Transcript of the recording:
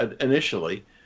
initially